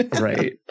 right